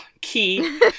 Key